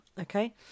okay